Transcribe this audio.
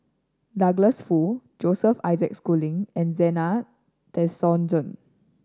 Douglas Foo Joseph Isaac Schooling and Zena Tessensohn